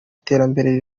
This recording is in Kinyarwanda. iterambere